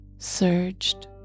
Surged